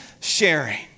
sharing